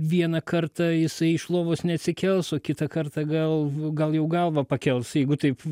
vieną kartą jisai iš lovos neatsikels o kitą kartą gal gal jau galvą pakels jeigu taip